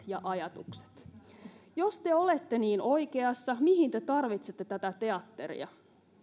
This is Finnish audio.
ja ajatukset jos te olette niin oikeassa mihin te tarvitsette tätä teatteria